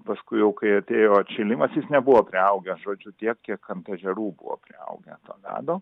paskui jau kai atėjo atšilimas jis nebuvo priaugęs žodžiu tiek kiek ant ežerų buvo priaugę to ledo